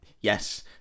yes